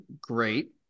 great